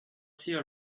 tea